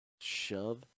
shove